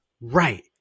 right